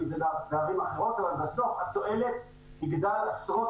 אם זה בערים אחרות אבל בסוף התועלת תגדל עשרות